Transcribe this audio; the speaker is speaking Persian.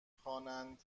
خوانند